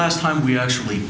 last time we actually